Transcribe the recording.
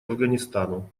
афганистану